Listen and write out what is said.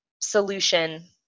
solution